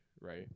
right